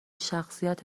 شخصیت